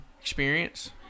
experience